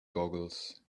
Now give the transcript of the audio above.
googles